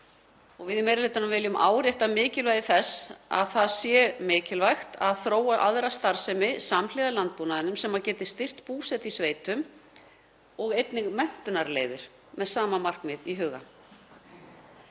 Við í meiri hlutanum viljum árétta mikilvægi þess að þróa aðra starfsemi samhliða landbúnaðinum sem geti styrkt búsetu í sveitum og einnig menntunarleiðir með sama markmið í huga.